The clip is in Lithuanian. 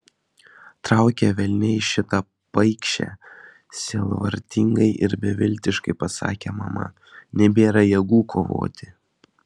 trauk ją velniai šitą paikšę sielvartingai ir beviltiškai pasakė mama nebėra jėgų kovoti